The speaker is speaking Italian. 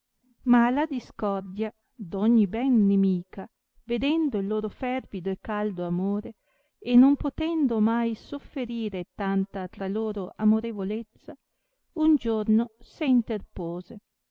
ma la discordia d ogni ben nimica vedendo il loro fervido e caldo amore e non potendo ornai sofferire tanta tra loro amorevolezza un giorno se interpose